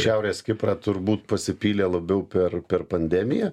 šiaurės kiprą turbūt pasipylė labiau per per pandemiją